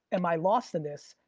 am i lost in this?